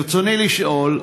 ברצוני לשאול: